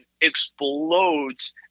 explodes